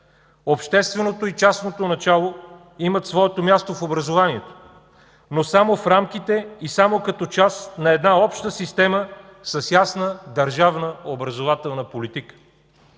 Общественото и частното начало имат своето място в образованието, но само в рамките и само като част на една обща система с ясна държавна образователна политика.